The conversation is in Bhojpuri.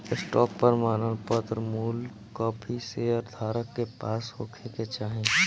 स्टॉक प्रमाणपत्र में मूल कापी शेयर धारक के पास होखे के चाही